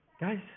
Guys